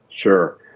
Sure